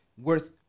worth